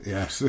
Yes